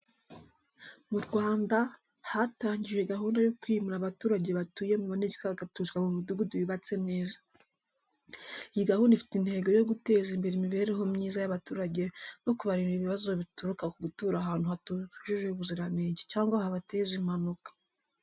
Mu Rwanda, hatangijwe gahunda yo kwimura abaturage batuye mu manegeka bagatuzwa mu midugudu yubatse neza. Iyi gahunda ifite intego yo guteza imbere imibereho myiza y’abaturage no kubarinda ibibazo bituruka ku gutura ahantu hatujuje ubuziranenge cyangwa habateza impanuka.